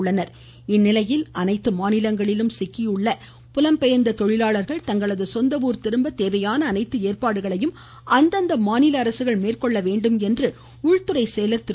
ஷ்ரமிக் உள்துறை அமைச்சகம் இந்நிலையில் அனைத்து மாநிலங்களிலும் சிக்கியுள்ள புலம்பெயர்ந்த தொழிலாளர்கள் தங்கள் சொந்த ஊர் திரும்ப தேவையான அனைத்து ஏற்பாடுகளையும் அந்தந்த மாநில அரசுகள் மேற்கொள்ள வேண்டும் என்று உள்துறை செயலர் திரு